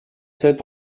sept